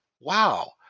Wow